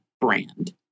brand